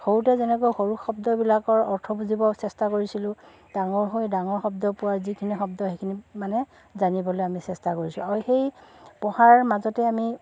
সৰুতে যেনেকৈ সৰু শব্দবিলাকৰ অৰ্থ বুজিব চেষ্টা কৰিছিলোঁ ডাঙৰ হৈ ডাঙৰ শব্দ পোৱা যিখিনি শব্দ সেইখিনি মানে জানিবলৈ আমি চেষ্টা কৰিছোঁ আৰু সেই পঢ়াৰ মাজতে আমি